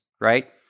right